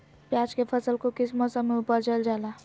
प्याज के फसल को किस मौसम में उपजल जाला?